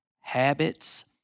habits